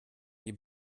die